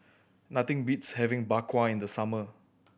nothing beats having Bak Kwa in the summer